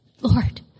Lord